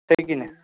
छै कि नहि